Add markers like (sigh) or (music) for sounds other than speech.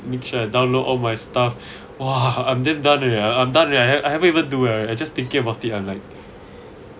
make sure I download all my stuff (breath) !wah! I'm damn done already I'm done already I haven't even do leh I just thinking about it I'm like